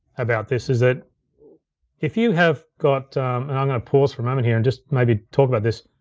about this is that if you have got, and i'm gonna pause for a moment here and just maybe talk about this,